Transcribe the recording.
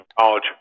college